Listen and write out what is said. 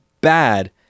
bad